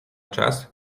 czas